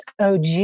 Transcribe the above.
OG